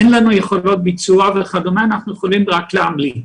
אין לנו יכולות ביצוע אלא אנחנו יכולים רק להמליץ.